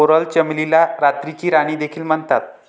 coral चमेलीला रात्रीची राणी देखील म्हणतात